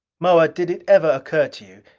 moa, did it ever occur to you,